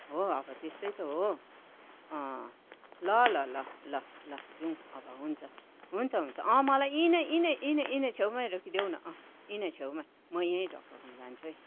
हो अब त्यस्तै त हो अँ ल ल ल ल जाउँ अब हुन्छ हुन्छ हुन्छ अँ मलाई यहीँ नै यहीँ नै यहीँ नै छेउमै रोकिदेउ न यहीँ नै छेउमै म यहीँ डक्टरकोमा जान्छु है